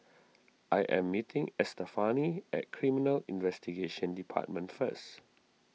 I am meeting Estefani at Criminal Investigation Department first